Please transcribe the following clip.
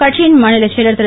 கட்சியின் மாநிலச் செயலர் திரு